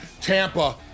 Tampa